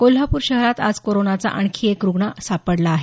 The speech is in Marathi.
कोल्हापूर शहरात आज कोरोनाचा आणखी एक रूग्ण सापडला आहे